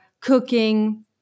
cooking